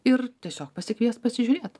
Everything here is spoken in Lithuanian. ir tiesiog pasikviest pasižiūrėt